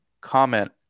comment